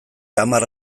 hamar